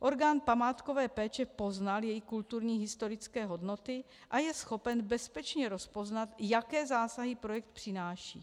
Orgán památkové péče poznal její kulturní historické hodnoty a je schopen bezpečně rozpoznat, jaké zásahy projekt přináší.